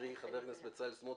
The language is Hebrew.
חברי חבר הכנסת בצלאל סמוטריץ',